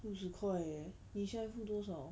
六十块 eh 你现在付多少